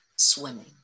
Swimming